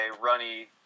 runny